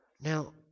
Now